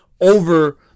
over